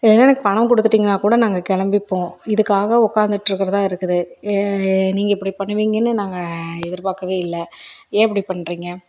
இல்லைன்னா எனக்கு பணம் கொடுத்துட்டீங்கன்னா கூட நாங்கள் கிளம்பிப்போம் இதுக்காக உட்காந்துட்ருக்கறதா இருக்குது நீங்கள் இப்படி பண்ணுவீங்கன்னு நாங்கள் எதிர்பார்க்கவே இல்ல ஏன் இப்படி பண்ணுறீங்க